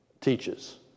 teaches